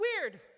weird